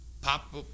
pop